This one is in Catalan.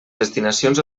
destinacions